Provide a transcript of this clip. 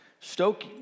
Stoke